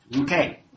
Okay